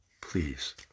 please